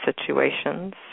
situations